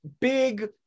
big